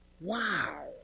Wow